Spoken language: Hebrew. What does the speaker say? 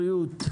בריאות,